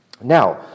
Now